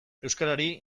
euskarari